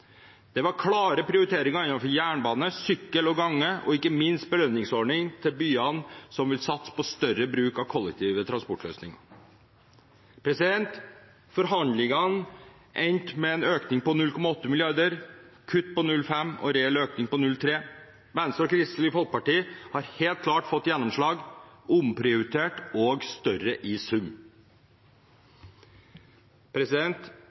Det var klare prioriteringer innenfor jernbane, sykkel og gange og ikke minst en belønningsordning til byene som vil satse på større bruk av kollektive transportløsninger. Forhandlingene endte med en økning på 0,8 mrd. kr, kutt på 0,5 mrd. kr og en reell økning på 0,3 mrd. kr. Venstre og Kristelig Folkeparti har helt klart fått gjennomslag, omprioritert – og større i sum.